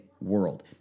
world